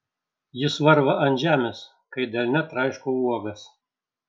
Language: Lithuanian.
jis varva ant žemės kai delne traiškau uogas